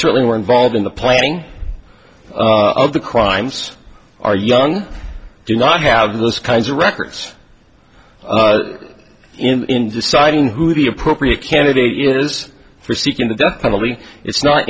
certainly were involved in the planning of the crimes are young do not have those kinds of records in deciding who the appropriate candidate is for seeking the death penalty it's not